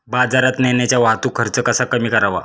बाजारात नेण्याचा वाहतूक खर्च कसा कमी करावा?